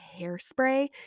Hairspray